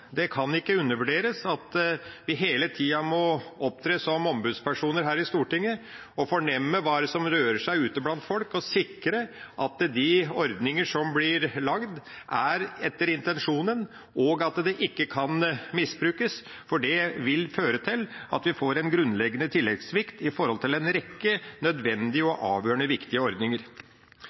Det kan ikke undervurderes at vi hele tida må opptre som ombudspersoner her i Stortinget og fornemme hva som rører seg ute blant folk, og sikre at de ordninger som blir laget, er etter intensjonen, og ikke kan misbrukes, for det vil føre til at vi får en grunnleggende tilleggssvikt i forhold til en rekke nødvendige og avgjørende viktige ordninger.